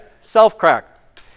self-crack